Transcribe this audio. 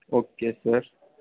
okay sir